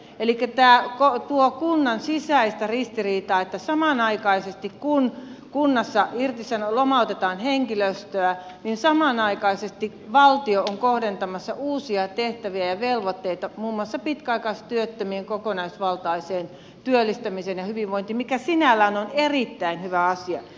elikkä tämä tuo kuntaan sisäistä ristiriitaa että kun kunnassa lomautetaan henkilöstöä niin samanaikaisesti valtio on kohdentamassa uusia tehtäviä ja velvoitteita muun muassa pitkäaikaistyöttömien kokonaisvaltaiseen työllistämiseen ja hyvinvointiin mikä sinällään on erittäin hyvä asia